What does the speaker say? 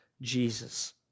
Jesus